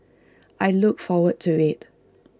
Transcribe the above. I look forward to IT